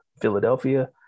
Philadelphia